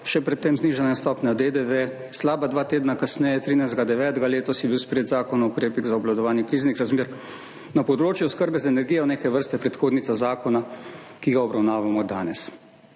še pred tem znižana stopnja DDV, slaba dva tedna kasneje, 13. 9. letos, je bil sprejet Zakon o ukrepih za obvladovanje kriznih razmer na področju oskrbe z energijo, neke vrste predhodnica zakona, ki ga obravnavamo danes.